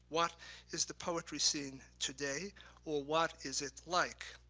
what is the poetry scene today or what is it like?